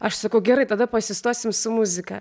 aš sakau gerai tada paasistuosim su muzika